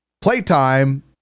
playtime